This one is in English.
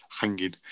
hanging